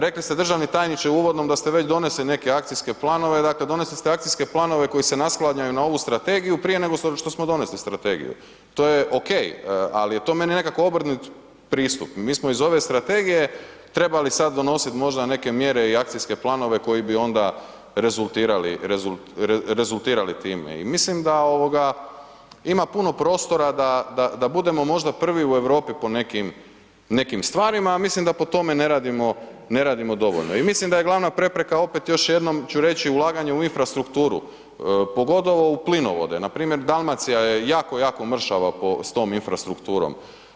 Rekli ste državni tajniče u uvodnom da ste već donesli neke akcijske planove, dakle donesli ste akcijske planove koji se naslanjaju na ovu strategiju prije nego što smo donesli strategiju, to je okej, al je to meni nekako obrnut pristup, mi smo iz ove strategije trebali sad donosit možda neke mjere i akcijske planove koji bi onda rezultirali, rezultirali time i mislim da ovoga ima puno prostora da, da, da budemo možda prvi u Europi po nekim, nekim stvarima, a mislim da po tome ne radimo, ne radimo dovoljno i mislim da je glavna prepreka opet još jednom ću reći ulaganje u infrastrukturu, pogotovo u plinovode, npr. Dalmacija je jako, jako mršava s tom infrastrukturom.